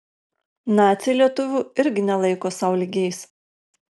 naciai lietuvių irgi nelaiko sau lygiais